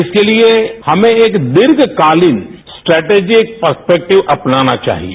इसके लिए हमें एक दीर्घ कालीन स्ट्रटेजिक पर्सपेक्टिव अपनाना चाहिए